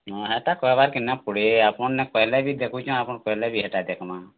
ନାଇ ହେଟା କହେବାର୍ କେ ନାଇଁ ପଡ଼େ ଆପଣ୍ ନାଇ କହିଲେ ବି ଦେଖୁଛୁଁ ଆପଣ୍ କହିଲେ ବି ହେଟା ଦେଖ୍ମା